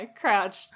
crouch